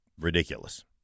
ridiculous